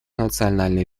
национальный